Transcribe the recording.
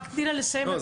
רק תני לה לסיים --- לא,